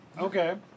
Okay